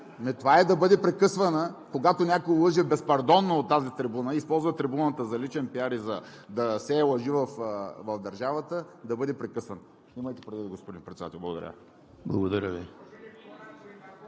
Това е да бъде прекъсван, когато някой лъже безпардонно от тази трибуна. Използва трибуната за личен пиар и да сее лъжи в държавата, да бъде прекъсван. Имайте предвид, господин Председател. Благодаря.